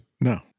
no